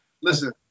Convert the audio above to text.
Listen